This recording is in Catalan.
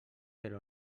però